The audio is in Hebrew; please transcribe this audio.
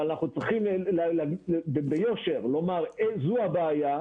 אבל אנחנו צריכים ביושר לומר, זו הבעיה,